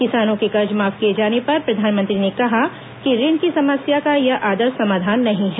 किसानों के कर्ज माफ किए जाने पर प्रधानमंत्री ने कहा कि ऋण की समस्या का यह आदर्श समाधान नहीं है